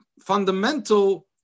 fundamental